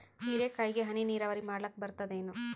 ಹೀರೆಕಾಯಿಗೆ ಹನಿ ನೀರಾವರಿ ಮಾಡ್ಲಿಕ್ ಬರ್ತದ ಏನು?